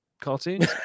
cartoons